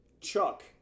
Chuck